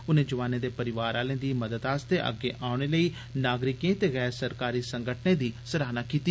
उनें जोआनें दे परौआर आह्लें दी मदद आस्तै अग्गें औने लेई नागरिकें ते गैर सरकारी संगठनें दी सराहना कीती